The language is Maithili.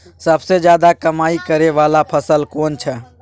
सबसे ज्यादा कमाई करै वाला फसल कोन छै?